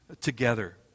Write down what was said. together